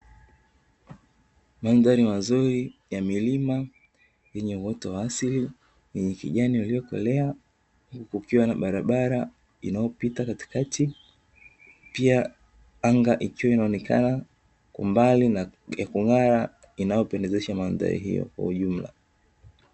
Mandhari mazuri ya milima, yenye uoto wa asili wenye kijani iliyokolea, kukiwa na barabara inayopita katikati. Pia anga ikiwa inaonekana kwa mbali na ya kung'ara, inayopendezesha mandhari hiyo kwa ujumla.